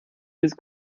ist